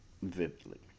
vividly